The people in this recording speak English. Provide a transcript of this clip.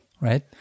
right